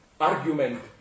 argument